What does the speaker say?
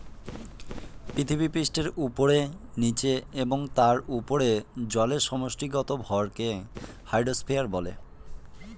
পৃথিবীপৃষ্ঠের উপরে, নীচে এবং তার উপরে জলের সমষ্টিগত ভরকে হাইড্রোস্ফিয়ার বলে